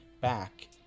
back